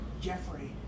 Jeffrey